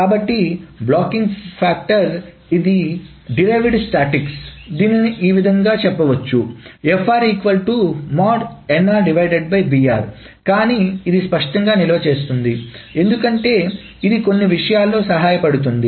కాబట్టి blocking factor ఇది ఉత్పన్నమైన గణాంకాలు దీనిని ఇలా చెప్పవచ్చు కానీ ఇది స్పష్టంగా నిల్వ చేస్తుంది ఎందుకంటే ఇది కొన్ని విషయాలలో సహాయపడుతుంది